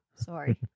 Sorry